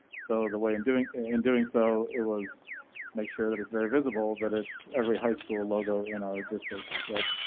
so the way in doing in doing so it was make sure that it's very visible that it's every high school logo in our district that.